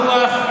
תנוח.